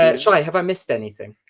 ah shy, have i missed anything?